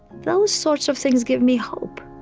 those sorts of things give me hope